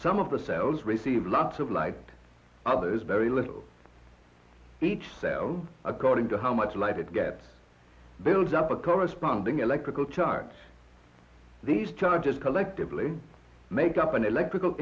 some of the cells receive lots of light others very little each cell according to how much light it gets builds up a corresponding electrical charge these charges collectively make up an electrical